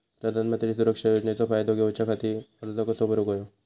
प्रधानमंत्री सुरक्षा योजनेचो फायदो घेऊच्या खाती अर्ज कसो भरुक होयो?